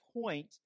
point